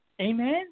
Amen